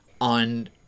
on